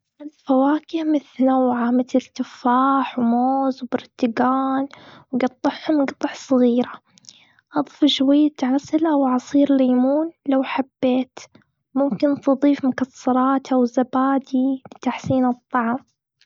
خذ فواكه متنوعة، مثل: تفاح وموز وبرتقان، وقطعهم قطع صغيرة. أضف شوية عسل أو عصير ليمون، لو حبيت. ممكن تضيف مكسرات أو زبادي لتحسين الطعم.